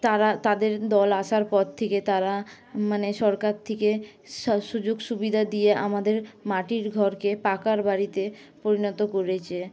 তারা তাদের দল আসার পর থেকে তারা মানে সরকার থেকে সব সুযোগ সুবিধা দিয়ে আমাদের মাটির ঘরকে পাকা বাড়িতে পরিণত করেছে